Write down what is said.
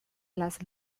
las